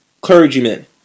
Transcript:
clergymen